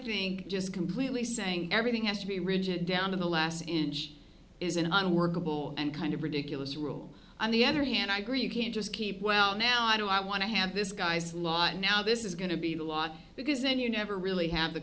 think just completely saying everything has to be rigid down to the last inch is an unworkable and kind of ridiculous rule on the other hand i agree you can't just keep well now i know i want to have this guy's law and now this is going to be the law because then you never really have the